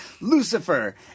Lucifer